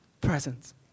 presence